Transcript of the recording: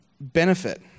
benefit